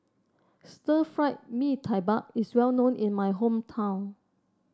Stir Fry Mee Tai Mak is well known in my hometown